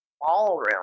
ballroom